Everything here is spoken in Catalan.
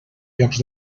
llocs